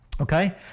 Okay